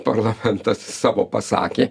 parlamentas savo pasakė